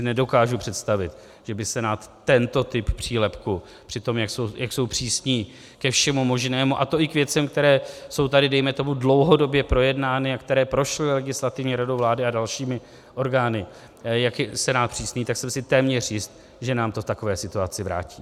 Nedokážu si představit, že by Senát tento typ přílepku při tom, jak jsou přísní ke všemu možnému, a to i k věcem, které jsou tady dlouhodobě projednány a které prošly Legislativní radou vlády a dalšími orgány jak je Senát přísný, tak jsem si téměř jist, že nám to v takové situaci vrátí.